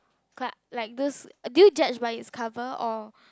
quite like this do you judge by its cover or